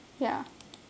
ya